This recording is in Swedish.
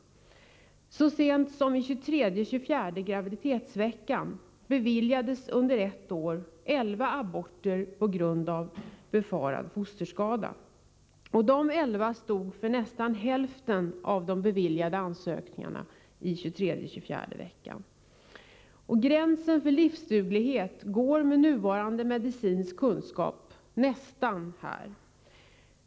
Så sent som i 23:e-24:e graviditetsveckan beviljades under ett år elva aborter på grund av befarad fosterskada. Dessa elva stod för nästan hälften av de beviljade ansökningarna i 23:e-24:e veckan. Gränsen för livsduglighet går med nuvarande medicinsk kunskap nästan här.